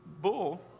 bull